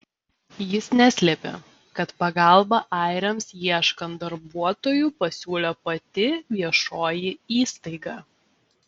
jis neslėpė kad pagalbą airiams ieškant darbuotojų pasiūlė pati viešoji įstaiga